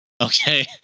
Okay